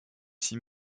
s’y